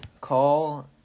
call